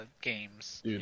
games